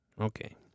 Okay